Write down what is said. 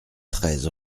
treize